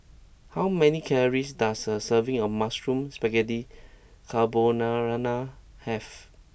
how many calories does a serving of Mushroom Spaghetti Carbonara have